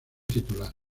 titular